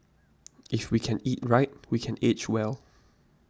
if we can eat right we can age well